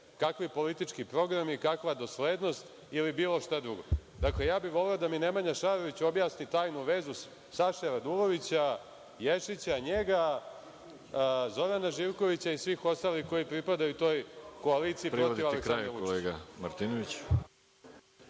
kakvi politički programi, kakva doslednost ili bilo šta drugo. Dakle, voleo bih da mi Nemanja Šarović objasni tajnu vezu Saše Radulovića, Ješića, njega, Zorana Živkovića i svih ostalih koji pripadaju toj koaliciji protiv Aleksandra Vučića.